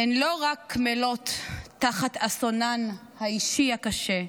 הן לא רק קמלות תחת אסונן האישי הקשה,